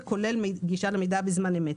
זה כולל גישה למידע בזמן אמת.